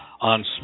on